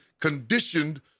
conditioned